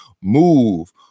MOVE